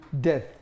death